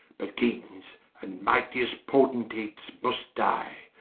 but kings and mightiest potentates must die,